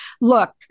Look